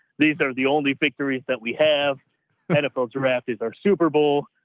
these are the only victories that we have menopause raft is our super bowl.